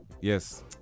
Yes